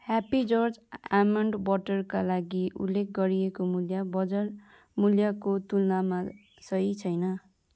happy Jars almond बटरका लागि उल्लेख गरिएको मूल्य बजार मूल्यको तुलनामा सही छैन